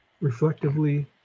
Reflectively